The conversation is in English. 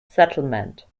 settlement